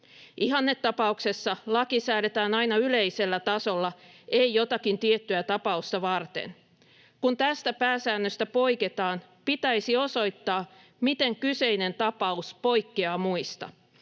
Ihannetapauksessa laki säädetään aina yleisellä tasolla, ei jotakin tiettyä tapausta varten. Kun tästä pääsäännöstä poiketaan, pitäisi osoittaa, miten kyseinen tapaus poikkeaa muista,